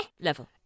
level